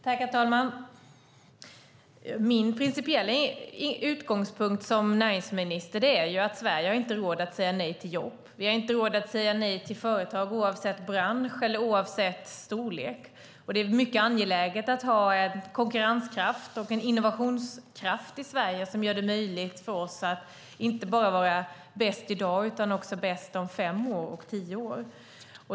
Herr talman! Min principiella utgångspunkt som näringsminister är att Sverige inte har råd att säga nej till jobb. Vi har inte råd att säga nej till företag, oavsett bransch eller oavsett storlek. Och det är mycket angeläget att ha en konkurrenskraft och en innovationskraft i Sverige som gör det möjligt för oss att inte bara vara bäst i dag utan också om fem år och tio år.